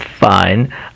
fine